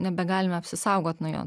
nebegalim apsisaugot nuo jo